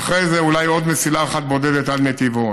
ואחרי זה אולי עוד מסילה אחת בודדת עד נתיבות.